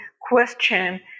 question